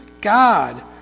God